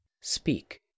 speak